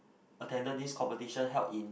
attended this competition held in